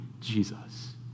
Jesus